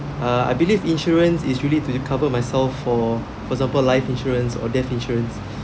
uh I believe insurance is really to cover myself for for example life insurance or death insurance